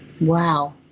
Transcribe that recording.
Wow